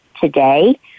today